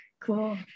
cool